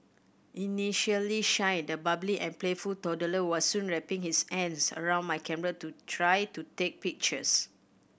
initially shy the bubbly and playful toddler was soon wrapping his hands around my camera to try to take pictures